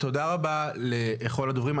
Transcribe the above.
תודה רבה לכל הדוברים.